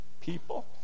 people